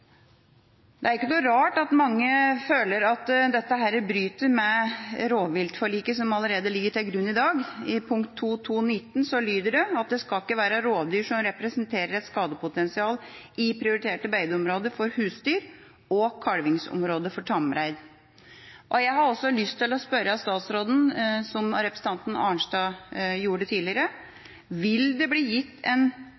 Det er ikke noe rart at mange føler at dette bryter med rovviltforliket som allerede ligger til grunn i dag. I punkt 2.2.19 heter det: «Det skal ikke være rovdyr som representerer et skadepotensial i prioriterte beiteområder for husdyr og kalvingsområde for tamrein.» Jeg har også lyst til å spørre statsråden, som representanten Arnstad gjorde tidligere: